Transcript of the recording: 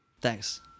Thanks